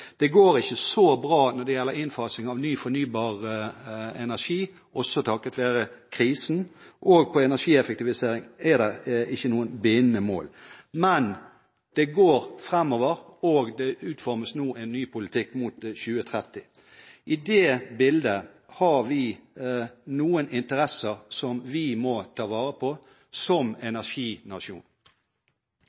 Det går ikke så bra når det gjelder innfasing av ny fornybar energi, også på grunn av krisen, og når det gjelder energieffektivisering, er det heller ingen bindende mål. Men det går framover, og det utformes nå en ny politikk mot 2030. I det bildet har vi noen interesser som vi må ta vare på som energinasjon.